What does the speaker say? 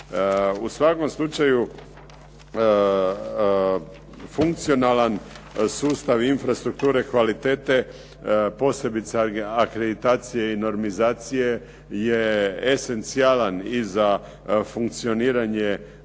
U svakom slučaju funkcionalan sustav infrastrukture kvalitete posebice akreditacije i normizacije je esencijalan i za funkcioniranje